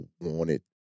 wanted